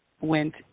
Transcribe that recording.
went